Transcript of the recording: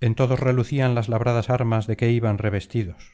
en todos relucían las labradas armas de que iban revestidos